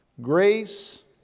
grace